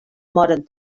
moren